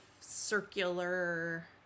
circular